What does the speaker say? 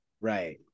Right